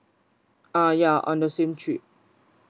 ah ya on the same trip